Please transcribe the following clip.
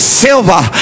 silver